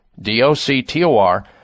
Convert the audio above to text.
D-O-C-T-O-R